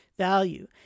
value